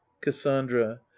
cassandra